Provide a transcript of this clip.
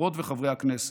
חברות וחברי הכנסת,